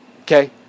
Okay